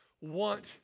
want